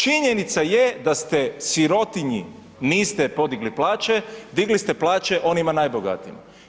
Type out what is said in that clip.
Činjenica je da ste sirotinji, niste podigli plaće, digli ste plaće onima najbogatijima.